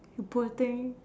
poor thing